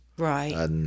Right